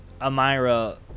Amira